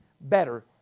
better